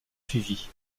suivie